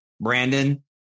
brandon